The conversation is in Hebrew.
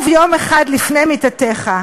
"שוב יום אחד לפני מיתתך",